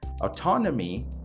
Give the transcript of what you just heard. Autonomy